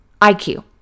IQ